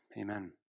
Amen